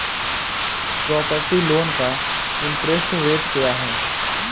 Property loan का interest rate क्या है?